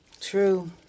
True